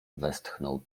westchnął